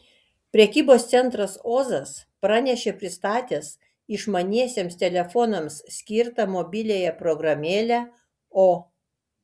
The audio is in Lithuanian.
prekybos centras ozas pranešė pristatęs išmaniesiems telefonams skirtą mobiliąją programėlę o